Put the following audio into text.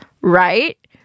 right